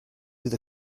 bydd